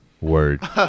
Word